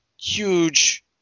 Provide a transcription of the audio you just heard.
huge